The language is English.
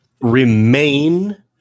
Remain